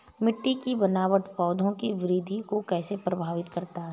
मिट्टी की बनावट पौधों की वृद्धि को कैसे प्रभावित करती है?